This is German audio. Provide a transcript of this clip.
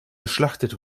geschlachtet